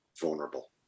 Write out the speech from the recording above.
vulnerable